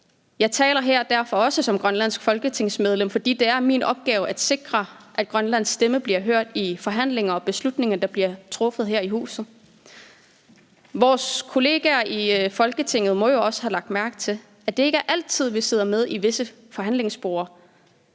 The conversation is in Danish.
Jeg taler derfor også her som grønlandsk folketingsmedlem, fordi det er min opgave at sikre, at Grønlands stemme bliver hørt i forhandlinger og i forbindelse med beslutninger, der bliver truffet her i huset. Vores kollegaer i Folketinget må jo også have lagt mærke til, at det ikke er altid, at vi sidder med ved visse forhandlingsborde,